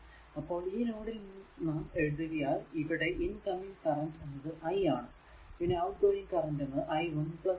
അപ്പോൾ ഈ നോഡിൽ നാം എഴുതിയാൽ ഇവിടെ ഇൻകമിങ് കറന്റ് എന്നത് i ആണ് പിന്നെ ഔട്ട്ഗോയിംഗ് കറന്റ് i 1 i 2